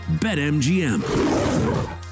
BetMGM